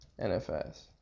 nfs